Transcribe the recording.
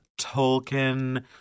Tolkien